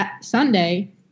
Sunday